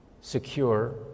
secure